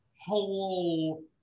whole